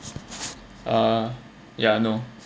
ah ya no